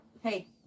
Hey